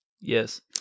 Yes